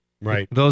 Right